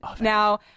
Now